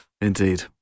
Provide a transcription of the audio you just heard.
Indeed